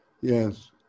Yes